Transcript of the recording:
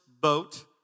boat